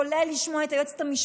כולל לשמוע את היועצת המשפטית,